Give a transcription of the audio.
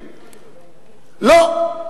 לא.